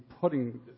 putting